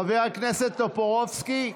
חבר הכנסת טופורובסקי,